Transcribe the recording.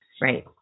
Right